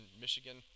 Michigan